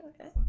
okay